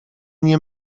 nie